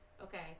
Okay